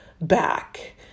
back